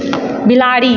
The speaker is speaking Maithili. बिलाड़ि